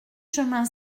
chemin